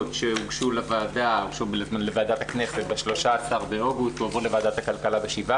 שהוגשו לוועדת הכנסת ב-13 באוגוסט והועברו לוועדת הכלכלה ב-17